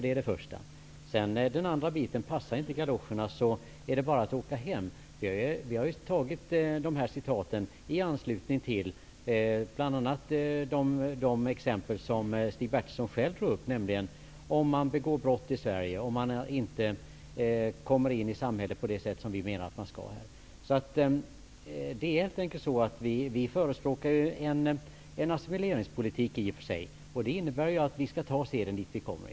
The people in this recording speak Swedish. Vidare sade Stig Bertilsson något om att passar inte galoscherna är det bara att åka hem. Vi har använt dessa citat bl.a. i anslutning till de exempel som Stig Bertilsson själv tog upp, nämligen om man begår brott i Sverige och inte kommer in i samhället på det sätt vi önskar. Vi förespråkar en assimileringspolitik, vilket innebär att invandrarna skall ta seden dit de kommer.